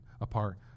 apart